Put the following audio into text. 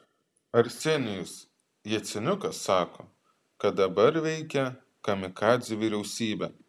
arsenijus jaceniukas sako kad dabar veikia kamikadzių vyriausybė